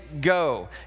go